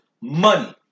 money